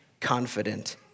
confident